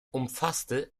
umfasste